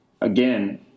Again